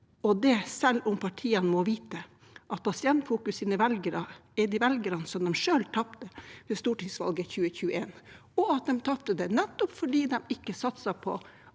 kamp, selv om partiene må vite at Pasientfokus’ velgere er de velgerne de selv tapte ved stortingsvalget i 2021. De tapte dem nettopp fordi de ikke satset på